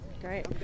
Great